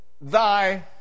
thy